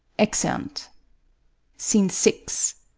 exeunt scene six.